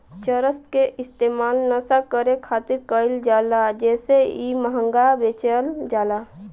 चरस के इस्तेमाल नशा करे खातिर कईल जाला जेसे इ महंगा बेचल जाला